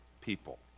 people